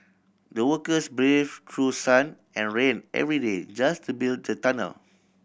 the workers brave through sun and rain every day just to build the tunnel